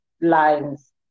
lines